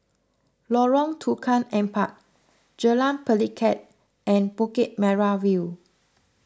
Lorong Tukang Empat Jalan Pelikat and Bukit Merah View